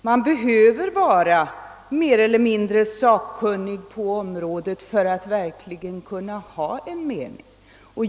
Man behöver vara mer eller mindre sakkunnig på området för att kunna ha en sakligt grundad mening.